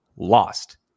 lost